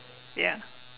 ya